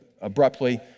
abruptly